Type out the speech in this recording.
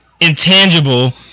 intangible